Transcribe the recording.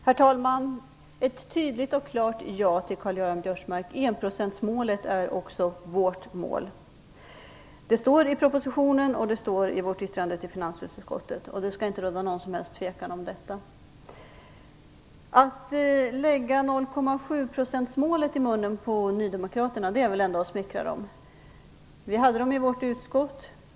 Herr talman! Jag vill svara ett tydligt och klart ja på Karl-Göran Biörsmarks fråga. Enprocentsmålet är också vårt mål. Det står att läsa i propositionen och i vårt yttrande till finansutskottet, så det skall inte råda något som helst tvivel om detta. Att lägga 0,7-procentsmålet i munnen på nydemokraterna är väl ändå att smickra dem. Ny demokrati fanns representerat i vårt utskott.